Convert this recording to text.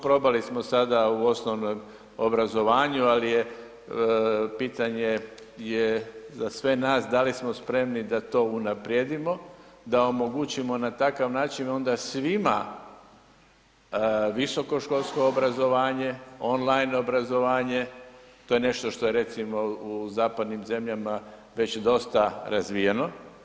Probali smo sada u osnovnom obrazovanju, ali je pitanje je za sve nas da li smo spremni da to unaprijedimo, da omogućimo na takav način onda svima visokoškolsko obrazovanje, on line obrazovanje, to je nešto što je recimo u zapadnim zemljama već dosta razvijeno.